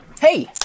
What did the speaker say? Hey